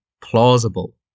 plausible